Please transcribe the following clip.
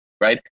right